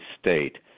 state